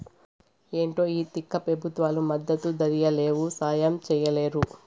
ఏంటో ఈ తిక్క పెబుత్వాలు మద్దతు ధరియ్యలేవు, సాయం చెయ్యలేరు